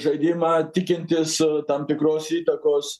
žaidimą tikintis tam tikros įtakos